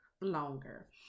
longer